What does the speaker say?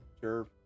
sure